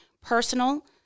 personal